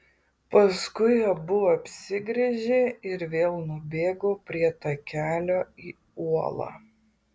paskui abu apsigręžė ir vėl nubėgo prie takelio į uolą